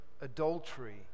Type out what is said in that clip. adultery